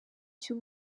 cy’u